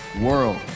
world